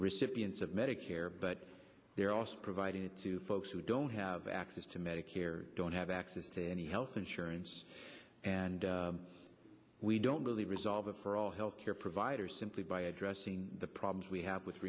recipients of medicare but they're also provided to folks who don't have access to medicare don't have access to any health insurance and we don't really resolve it for all health care providers simply by addressing the problems we have with